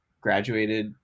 graduated